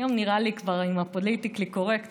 היום נראה לי כבר שעם הפוליטיקלי קורקט